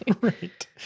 right